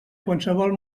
qualsevol